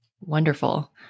Wonderful